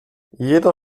jeder